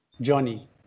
Johnny